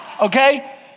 Okay